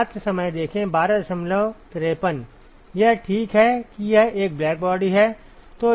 यह ठीक है कि यह एक ब्लैकबॉडी है